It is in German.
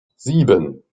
sieben